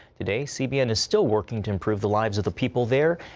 today, cbn is still working to improve the lives of the people there.